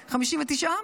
כל 59 העמודים, איילת, 59?